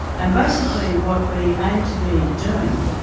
and basically what we aim to be doing,